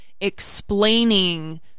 explaining